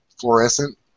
fluorescent